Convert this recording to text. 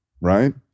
right